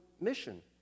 mission